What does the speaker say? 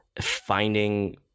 finding